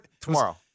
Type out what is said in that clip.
tomorrow